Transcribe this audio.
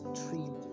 tree